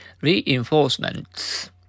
reinforcements